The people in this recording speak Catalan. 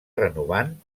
renovant